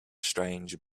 strange